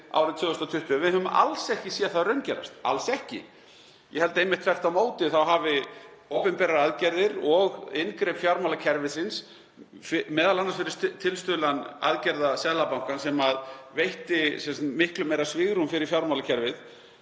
árið 2020. Við höfum ekki séð það raungerast, alls ekki. Ég held að einmitt þvert á móti hafi opinberar aðgerðir og inngrip fjármálakerfisins, m.a. fyrir tilstuðlan aðgerða Seðlabankans sem veittu miklu meira svigrúm fyrir fjármálakerfið,